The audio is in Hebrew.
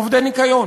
עובדי ניקיון,